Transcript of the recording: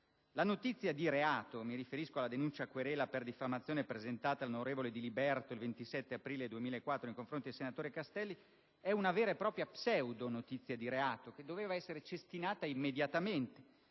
La notizia di reato (mi riferisco alla denuncia-querela per diffamazione presentata dall'onorevole Diliberto in data 27 aprile 2004 nei confronti del senatore Castelli) rappresenta una vera e propria pseudo notizia di reato, da cestinare immediatamente